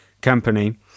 company